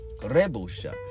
Rebusha